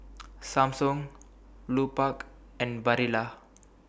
Samsung Lupark and Barilla